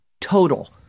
total